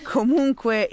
Comunque